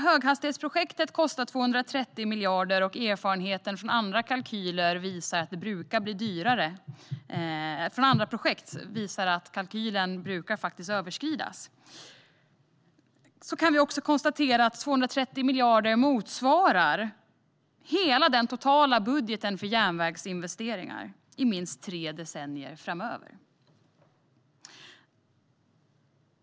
Höghastighetsprojektet kostar 230 miljarder, och erfarenheten från andra projekt visar att kalkylen brukar överskridas. Vi kan också konstatera att 230 miljarder motsvarar den totala budgeten för järnvägsinvesteringar i minst tre decennier framöver.